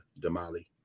Damali